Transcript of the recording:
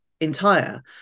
entire